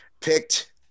picked